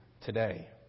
today